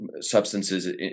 substances